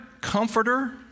comforter